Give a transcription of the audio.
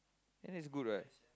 ya is good what